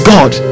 God